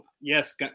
Yes